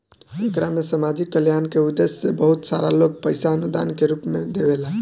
एकरा में सामाजिक कल्याण के उद्देश्य से बहुत सारा लोग पईसा अनुदान के रूप में देवेला